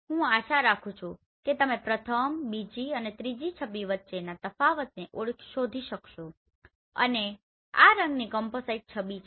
હું આશા રાખું છું કે તમે પ્રથમ બીજી અને ત્રીજી છબી વચ્ચેના તફાવતને સરળતાથી શોધી શકશો અને આ જ રંગની કામ્પોસાઈટ છબી છે